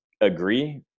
agree